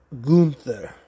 Gunther